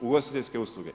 Ugostiteljske usluge.